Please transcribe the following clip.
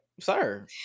sir